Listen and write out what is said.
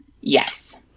Yes